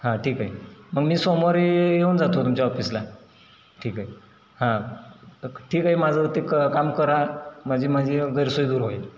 हां ठीक आहे मग मी सोमवारी येऊन जातो तुमच्या ऑफिसला ठीक आहे हां ठीक आहे माझं ते क काम करा माझी माझी गैरसोय दूर होईल